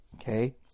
Okay